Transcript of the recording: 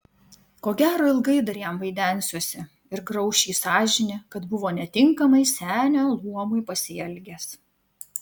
ko gero ilgai dar jam vaidensiuosi ir grauš jį sąžinė kad buvo netinkamai senio luomui pasielgęs